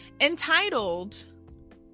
Entitled